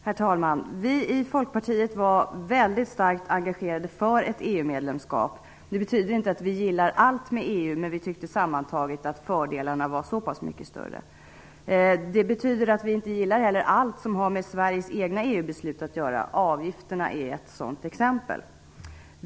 Herr talman! Vi i Folkpartiet var väldigt starkt engagerade för ett EU-medlemskap. Det betyder inte att vi gillar allt med EU, men vi tyckte sammantaget att fördelarna var så pass mycket större. Det betyder inte heller att vi gillar allt som har med Sveriges egna EU beslut att göra. Avgifterna är ett sådant exempel.